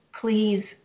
please